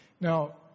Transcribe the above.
Now